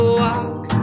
walk